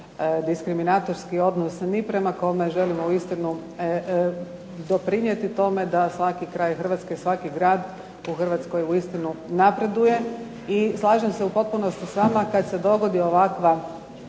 diskriminatorski odnos ni prema kome, želimo uistinu doprinijeti tome da svaki kraj Hrvatske, da svaki grad u Hrvatskoj uistinu napreduje. I slažem se u potpunosti s vama kada se dogodi ovakva